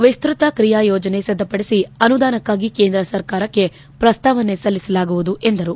ವಿಸ್ತತ ಕ್ರಿಯಾ ಯೋಜನೆ ಸಿದ್ಧಪಡಿಸಿ ಅನುದಾನಕಾಗಿ ಕೇಂದ್ರ ಸರ್ಕಾರಕ್ಷೆ ಪ್ರಸ್ತಾವನೆ ಸಲ್ಲಿಸಲಾವುದು ಎಂದರು